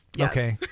Okay